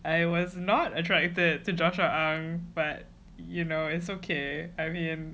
I was not attracted to joshua ang but you know it's okay I mean